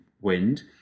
wind